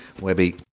Webby